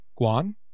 Guan